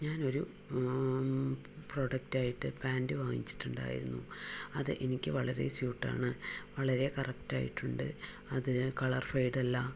ഞാനൊരു പ്രോഡക്റ്റായിട്ട് പാന്റ് വാങ്ങിച്ചിട്ടുണ്ടായിരുന്നു അത് എനിക്ക് വളരെ സ്യുട്ടാണ് വളരെ കറക്റ്റായിട്ടുണ്ട് അത് കളർ ഫെയ്ഡ് അല്ല